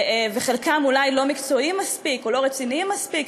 וחלקם אולי לא מקצועיים מספיק או לא רציניים מספיק,